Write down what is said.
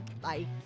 Bye